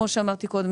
כמו שאמרתי קודם,